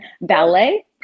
ballet